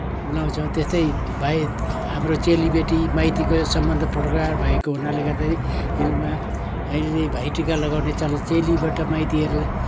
मनाउँछौँ त्यस्तै भाइ हाम्रो चेली बेटी माइतिको सम्बन्ध प्रगाढ भएको हुनाले गर्दाखेरि भाइटिका लगाउने चलन चेलीबाट माइतीहरूलाई